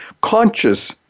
conscious